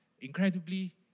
Incredibly